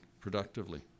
productively